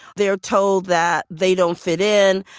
they are told that they don't fit in.